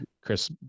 Chris